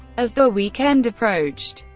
as the weekend approached,